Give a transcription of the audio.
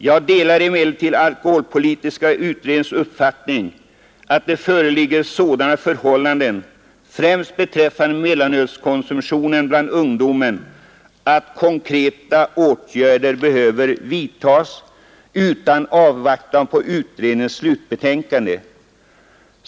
Jag delar emellertid APU:s uppfattning att det föreligger sådana förhållanden, främst beträffande mellanölskonsumtionen bland ungdomen, att konkreta åtgärder behöver vidtas utan avvaktan på utredningens slutbetänkande.